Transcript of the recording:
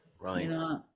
Right